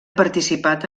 participat